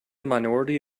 minority